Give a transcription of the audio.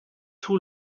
too